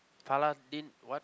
Paladin what